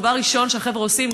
דבר ראשון שהחבר'ה עושים,